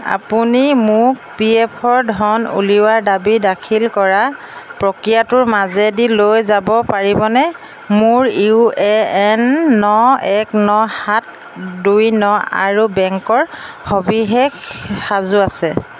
আপুনি মোক P F ৰ ধন উলিওৱাৰ দাবী দাখিল কৰা প্ৰক্ৰিয়াটোৰ মাজেদি লৈ যাব পাৰিবনে মোৰ ইউ এ এন ন এক ন সাত দুই ন আৰু বেংকৰ সবিশেষ সাজু আছে